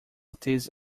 this